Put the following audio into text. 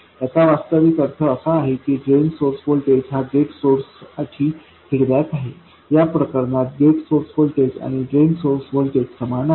याचा वास्तविक अर्थ असा आहे की ड्रेन सोर्स व्होल्टेज हा गेट सोर्स साठी फीडबॅक आहे या प्रकरणात गेट सोर्स व्होल्टेज आणि ड्रेन सोर्स व्होल्टेज समान आहे